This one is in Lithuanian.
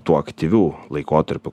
tuo aktyvių laikotarpiu